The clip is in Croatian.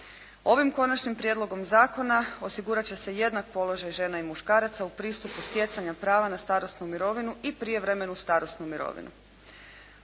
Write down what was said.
Ovim konačnim prijedlogom zakona osigurat će se jednak položaj žena i muškaraca u pristupu stjecanja prava na starosnu mirovinu i prijevremenu starosnu mirovinu.